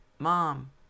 mom